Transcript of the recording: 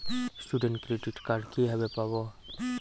Student credit card কিভাবে পাব?